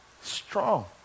Strong